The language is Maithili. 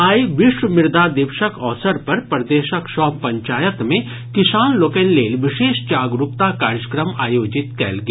आइ विश्व मृदा दिवसक अवसर पर प्रदेशक सभ पंचायत मे किसान लोकनि लेल विशेष जागरूकता कार्यक्रम आयोजित कयल गेल